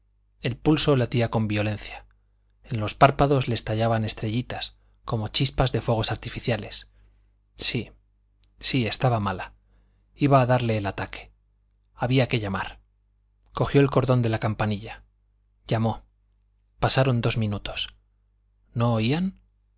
el pulso latía con violencia en los párpados le estallaban estrellitas como chispas de fuegos artificiales sí sí estaba mala iba a darle el ataque había que llamar cogió el cordón de la campanilla llamó pasaron dos minutos no oían